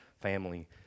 family